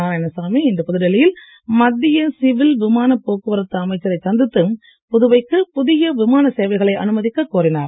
நாராயணசாமி இன்று புதுடில்லியில் மத்திய சிவில் விமானப் போக்குவரத்து அமைச்சரை சந்தித்து புதுவைக்கு புதிய விமான சேவைகளை அனுமதிக்கக் கோரினார்